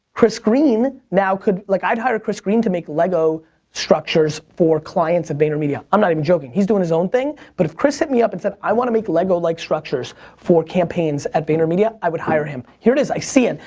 chris green now could, like i'd hire chris green to make lego structures for clients at vaynermedia. i'm not even joking. he's doing his own thing, but if chris hit me up and said, i want to make lego-like like structures for campaigns at vaynermedia, i would hire him. here it is, i see it.